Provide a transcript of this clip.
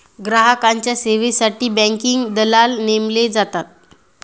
ग्राहकांच्या सेवेसाठी बँकिंग दलाल नेमले जातात